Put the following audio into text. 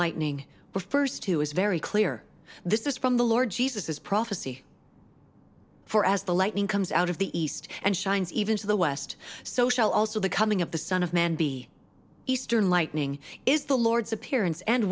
lightning refers to is very clear this is from the lord jesus is prophecy for as the lightning comes out of the east and shines even to the west so shall also the coming of the son of man be eastern lightning is the lord's appearance and